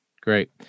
Great